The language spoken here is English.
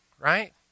right